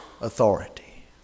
authority